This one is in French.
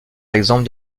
exemple